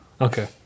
Okay